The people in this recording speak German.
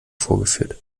vorgeführt